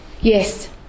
Yes